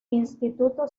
instituto